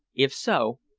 if so,